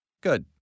Good